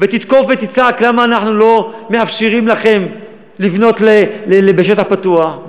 ותתקוף ותצעק למה אנחנו לא מאפשרים לכם לבנות בשטח פתוח,